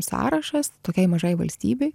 sąrašas tokiai mažai valstybei